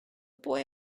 boy